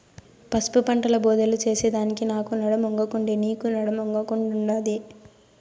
పసుపు పంటల బోదెలు చేసెదానికి నాకు నడుమొంగకుండే, నీకూ నడుమొంగకుండాదే